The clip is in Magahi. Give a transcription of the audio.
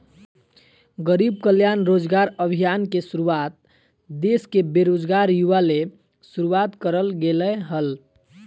गरीब कल्याण रोजगार अभियान के शुरुआत देश के बेरोजगार युवा ले शुरुआत करल गेलय हल